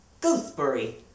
gooseberry